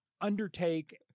undertake